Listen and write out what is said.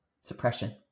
suppression